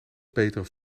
betere